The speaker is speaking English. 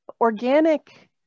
organic